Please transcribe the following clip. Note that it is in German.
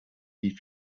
wie